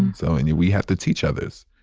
and so and we have to teach others.